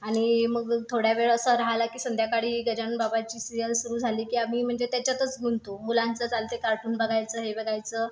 आणि मग थोड्या वेळ असा राहायला की संध्याकाळी गजानन बाबाची सिरीयल सुरू झाली की आम्ही म्हणजे त्याच्यातच गुंततो मुलांचा चालते कार्टून बघायचं हे बघायचं